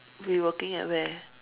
we working at where